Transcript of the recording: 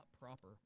proper